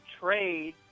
trade